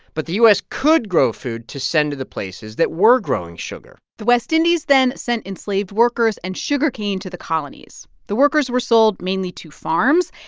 but the u s. could grow food to send to the places that were growing sugar the west indies then sent enslaved workers and sugar cane to the colonies. the workers were sold mainly to farms,